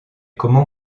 comment